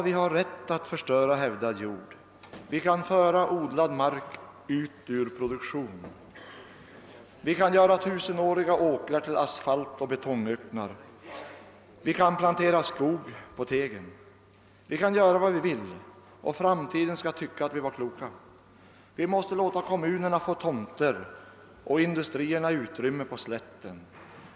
Vi har rätt att förstöra hävdad jord, vi kan föra odlad mark ut ur produktionen, vi kan göra tusenåriga åkrar till asfaltoch betongöknar, vi kan plantera skog på tegen! Vi kan göra vad vi vill — och framtiden skall tycka att vi var kloka. Vi måste låta kommunerna få tomter och industrierna utrymme på slätten.